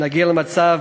נגיע למצב,